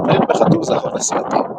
נמר וחתול זהוב אסייתי.